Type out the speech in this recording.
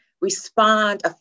respond